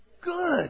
good